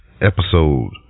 episode